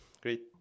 Great